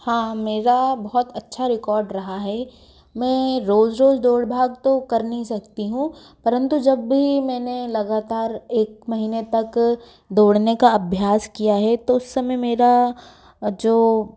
हाँ मेरा बहुत अच्छा रिकॉड रहा है मैं रोज़ रोज़ दौड़ भाग तो कर नहीं सकती हूँ परंतु जब भी मैंने लगातार एक महीने तक दौड़ने का अभ्यास किया है तो उस समय मेरा जो